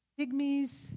pygmies